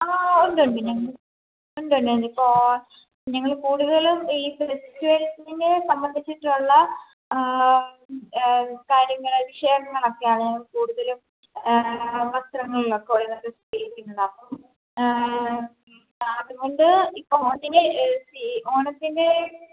ആ ഉണ്ട് ഉണ്ട് ഞങ്ങൾ ഉണ്ട് ഉണ്ട് ഇപ്പോൾ ഞങ്ങൾ കൂടുതലും ഈ ഫെസ്റ്റിവൽസിൻ്റെ സംബന്ധിച്ചിട്ടുള്ള കാര്യങ്ങൾ വിഷയമാക്കിയാണ് കൂടുതലും വസ്ത്രങ്ങളൊക്കെ ഉള്ളത് പെയിൻറിംഗ് അതുകൊണ്ട് ഇപ്പം ഓണത്തിന് ഓണത്തിന്